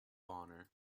honor